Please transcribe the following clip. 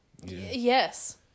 Yes